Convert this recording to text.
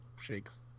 shakes